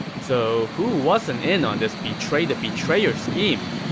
so who wasn't in on this betray-the-betrayer scheme?